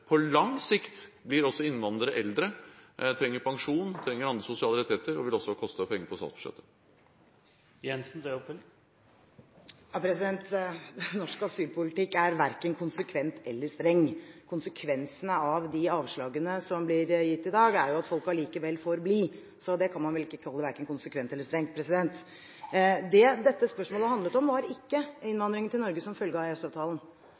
På lang sikt blir også innvandrere eldre, trenger pensjon, trenger andre sosiale rettigheter og vil også koste penger på statsbudsjettet. Norsk asylpolitikk er verken konsekvent eller streng. Konsekvensene av de avslagene som blir gitt i dag, er jo at folk allikevel får bli, så det kan man vel ikke kalle verken konsekvent eller strengt. Det dette spørsmålet handlet om, var ikke innvandringen til Norge som følge av